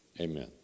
Amen